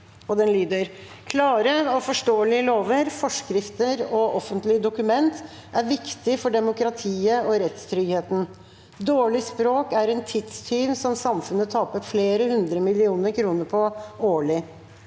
«Klare og forståelige lover, forskrifter og offentlige dokument er viktig for demokratiet og rettstryggheten. Dårlig språk er en tidstyv som samfunnet taper flere hundre millioner kroner på årlig.